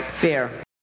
Fear